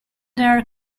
there